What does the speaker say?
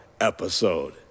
episode